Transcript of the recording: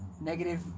negative